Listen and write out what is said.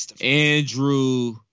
Andrew